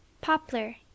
Poplar